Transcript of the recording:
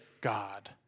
God